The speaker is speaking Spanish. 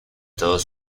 todos